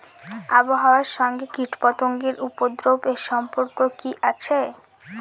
আবহাওয়ার সঙ্গে কীটপতঙ্গের উপদ্রব এর সম্পর্ক কি আছে?